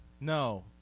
No